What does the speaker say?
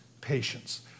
patience